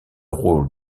rôle